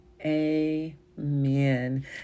amen